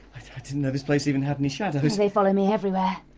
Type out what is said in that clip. i didn't know this place even had any shadows. they follow me everywhere.